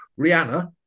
Rihanna